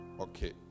Okay